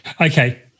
Okay